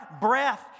breath